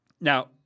Now